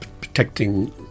protecting